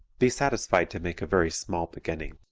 be satisfied to make a very small beginning.